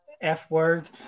f-word